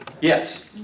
Yes